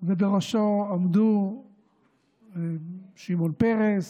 ובראשו עמדו שמעון פרס,